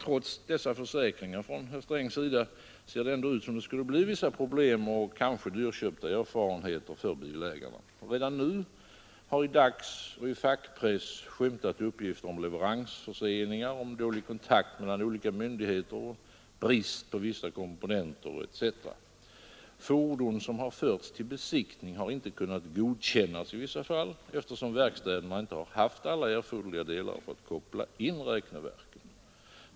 Trots dessa försäkringar från herr Strängs sida ser det ändå ut som om det skulle bli vissa problem och kanske dyrköpta erfarenheter för bilägarna. Redan nu har i dagsoch fackpress skymtat uppgifter om leveransförseningar, dålig kontakt mellan olika myndigheter, brist på vissa komponenter etc. Fordon som förts till besiktning har inte kunnat godkännas i vissa fall eftersom verkstäderna inte haft alla erforderliga delar för att koppla in räkneverken.